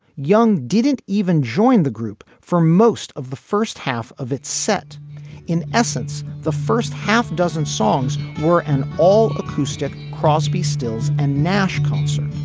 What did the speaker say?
young didn't even join the group for most of the first half of its set in essence the first half dozen songs were an all acoustic crosby stills and nash calls